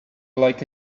like